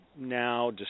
now